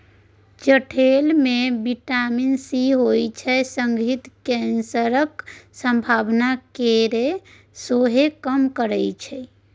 चठेल मे vitamin C होइ छै संगहि कैंसरक संभावना केँ सेहो कम करय छै